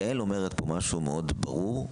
יעל אומרת פה משהו מאוד ברור,